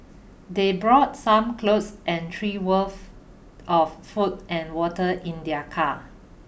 they brought some clothes and three worth of food and water in their car